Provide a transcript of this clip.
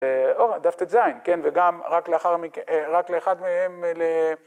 דף טז, כן, וגם רק לאחר מכן... רק לאחד מהם...